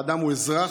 האדם הוא אזרח.